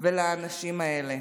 ולאנשים האלה?